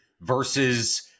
versus